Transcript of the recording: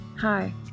Hi